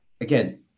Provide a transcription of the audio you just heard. again